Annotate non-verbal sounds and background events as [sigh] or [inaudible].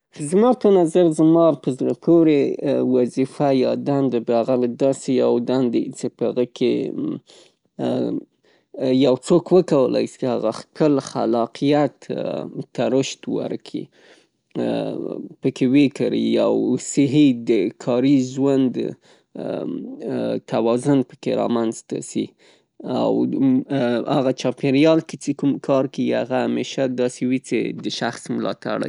زما په نظر زما په زړه پورې وظیفه یا دنده به هغه له داسې دنده وي چې په هغه کې یو څوک وکولی شي هغه خپل خلاقیت ته رشد ورکي، [unintelligible] پکې ویکري او صحې د کاري ژوند توازن پکې را منځ ته شي او هغه چاپېریال کې چې کوم کار کوي هغه همیشه داسې وي چې د شخص ملاتړی. [unintelligible]